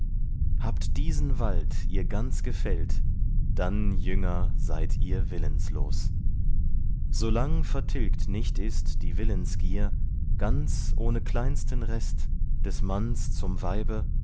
habt diesen wald ihr ganz gefällt dann jünger seid ihr willenslos so lang vertilgt nicht ist die willensgier ganz ohne kleinsten rest des manns zum weibe